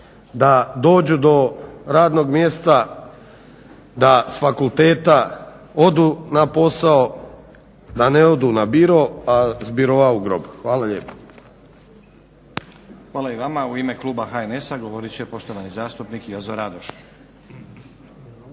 da dođu do radnog mjesta, da s fakulteta odu na posao da ne odu na Biro, a s Biroa u grob. Hvala lijepo. **Stazić, Nenad (SDP)** Hvala i vama. U ime kluba HNS-a govorit će poštovani zastupnik Jozo Radoš.